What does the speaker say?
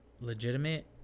legitimate